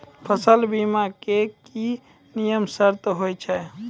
फसल बीमा के की नियम सर्त होय छै?